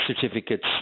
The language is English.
certificates